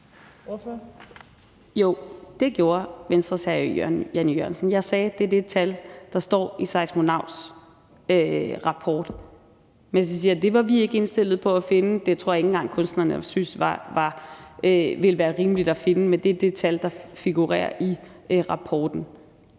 Jo, det gjorde Venstres hr. Jan E. Jørgensen. Jeg sagde, at det er det tal, der står i Seismonauts rapport, men så sagde jeg, at det var vi ikke indstillet på at finde – det tror jeg ikke engang at kunstnerne ville synes var rimeligt at finde. Men det er det tal, der figurerer i rapporten.